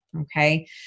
Okay